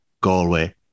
Galway